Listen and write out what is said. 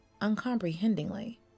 uncomprehendingly